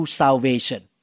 salvation